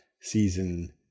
season